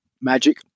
magic